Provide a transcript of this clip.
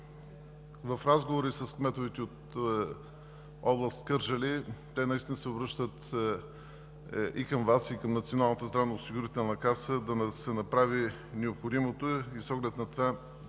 В разговори с кметовете от област Кърджали се обръщат и към Вас, и към Националната здравноосигурителна каса, да се направи необходимото с оглед на това